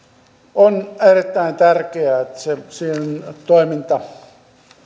on erittäin tärkeää että siinä toiminta